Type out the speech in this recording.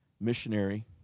missionary